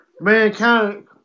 mankind